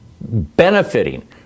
benefiting